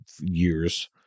years